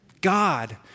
God